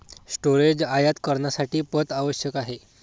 storage आयात करण्यासाठी पथ आवश्यक आहे